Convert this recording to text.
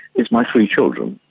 it's my three children.